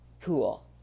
cool